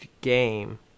game